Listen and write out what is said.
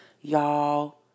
Y'all